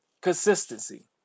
consistency